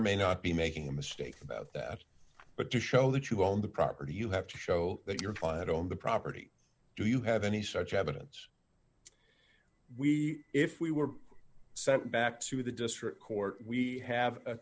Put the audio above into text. or may not be making a mistake about that but to show that you own the property you have to show that your client owned the property do you have any such evidence we if we were sent back to the district court we have